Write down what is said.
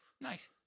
Nice